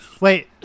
Wait